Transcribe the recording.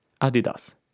Adidas